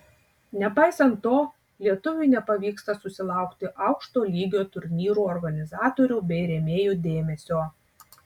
nepaisant to lietuviui nepavyksta susilaukti aukšto lygio turnyrų organizatorių bei rėmėjų dėmesio